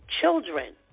children